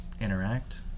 interact